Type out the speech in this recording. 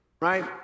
Right